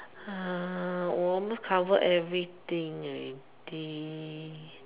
we almost cover everything already